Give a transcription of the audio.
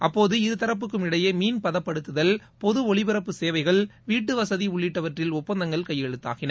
அப்போது இருதரப்புக்கும் இடையே மீன்பதப்படுத்துதல் பொது இலிபரப்பு சேவைகள் வீட்டு வசதி உள்ளிட்டவற்றில் ஒப்பந்தங்கள் கையெழுத்தாகின